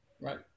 right